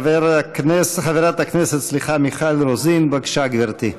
חברת הכנסת מיכל רוזין, בבקשה, גברתי.